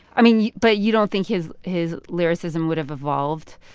i mean, but you don't think his his lyricism would have evolved.